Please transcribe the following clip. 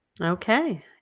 Okay